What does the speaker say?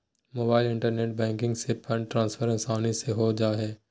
mobile internet banking से fund transfer आसानी से हो जा हइ